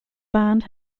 band